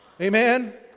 Amen